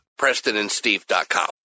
PrestonandSteve.com